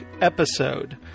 episode